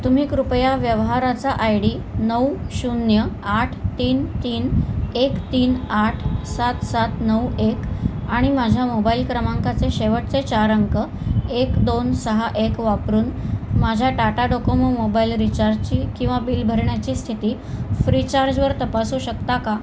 तुम्ही कृपया व्यवहाराचा आय डी नऊ शून्य आठ तीन तीन एक तीन आठ सात सात नऊ एक आणि माझ्या मोबाइल क्रमांकाचे शेवटचे चार अंक एक दोन सहा एक वापरून माझ्या टाटा डोकोमो मोबाइल रिचार्जची किंवा बिल भरणाची स्थिती फ्रिचार्जवर तपासू शकता का